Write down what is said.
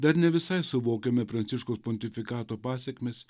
dar ne visai suvokiame pranciškaus pontifikato pasekmes